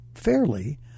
Fairly